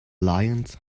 lions